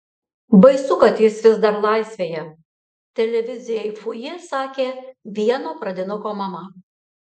baisu kad jis vis dar laisvėje televizijai fuji sakė vieno pradinuko mama